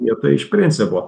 jo tai iš principo